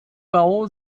bau